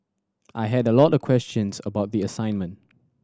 I had a lot of questions about the assignment